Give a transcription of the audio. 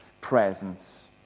presence